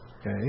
Okay